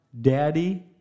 Daddy